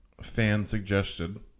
fan-suggested